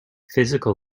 physical